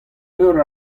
meur